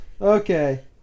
Okay